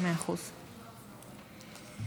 עבאס ווליד טאהא.